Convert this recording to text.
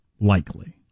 Likely